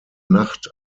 nacht